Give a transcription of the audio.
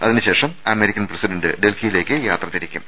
അതിനുശേഷം American president ഡൽഹിയിലേക്ക് യാത്രതിരിക്കും